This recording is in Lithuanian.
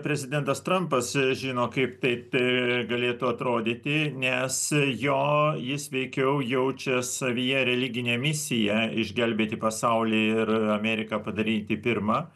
prezidentas trampas žino kaip tai galėtų atrodyti nes jo jis veikiau jaučia savyje religinę misiją išgelbėti pasaulį ir ameriką padaryti pirmą